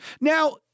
Now